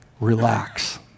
relax